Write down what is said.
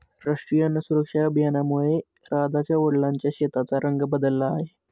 राष्ट्रीय अन्न सुरक्षा अभियानामुळे राधाच्या वडिलांच्या शेताचा रंग बदलला आहे